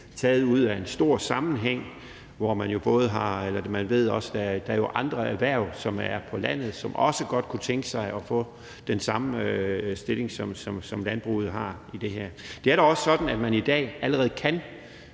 taget ud af en stor sammenhæng. Man ved jo også, at der er andre erhverv på land, som også godt kunne tænke sig at få den samme stilling, som landbruget har her. Det er da også sådan, at man allerede i